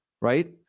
right